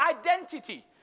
identity